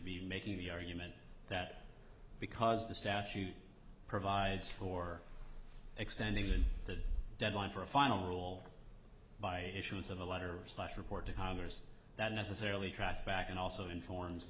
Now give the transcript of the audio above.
be making the argument that because the statute provides for extending the deadline for a final roll by issuance of a letter or slash report there's that necessarily trust back and also informs